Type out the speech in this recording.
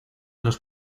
los